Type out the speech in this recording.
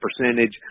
percentage